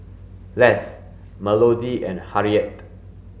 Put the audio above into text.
Less Melodee and Harriette